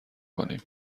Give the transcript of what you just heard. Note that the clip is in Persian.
کنیم